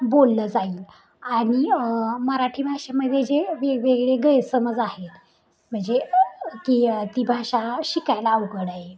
बोललं जाईल आणि मराठी भाषेमध्येदे जे वेगवेगळे गैरसमज आहेत म्हणजे की ती भाषा शिकायला अवघड आहे